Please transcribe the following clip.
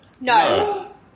No